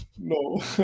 No